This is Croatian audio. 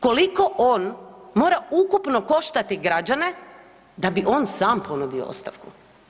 Koliko on mora ukupno koštati građane da bi on sam ponudio ostavku?